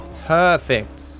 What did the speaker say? Perfect